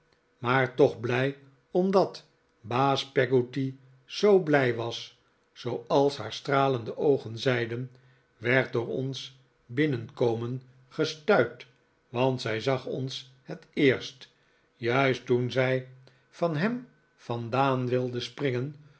maar toch blij omdat baas peggotty zoo blij was zooals haar stralende oogen zeiden werd door ons binnenkomen gestuit want zij zag ons het eerst juist toen zij van ham vandaan wilde springen